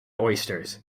oysters